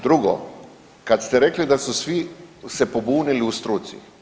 Drugo, kad ste rekli da su svi se pobunili u struci.